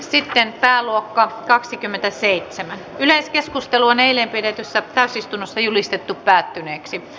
asioiden pääluokka kaksikymmentäseitsemän yleiskeskusteluaneljäpidetyssä täysistunnossa julistettu päättyneeksi